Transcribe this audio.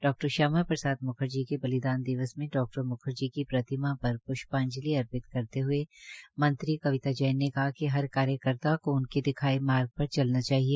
डा श्यामा प्रसाद म्खर्जी के बलिदान दिवस में डा म्खर्जी की प्रतिमा पर माल्यार्पण एवं प्ष्पांजलि अर्पित करते हुए मंत्री कविता जैन ने कहा कि हर कार्यकर्ता को उनके दिखाए मार्ग पर चलना चाहिए